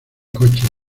coches